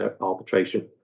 arbitration